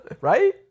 Right